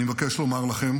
אני מבקש לומר לכם